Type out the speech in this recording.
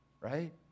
right